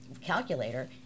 calculator